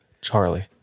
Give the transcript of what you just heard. Charlie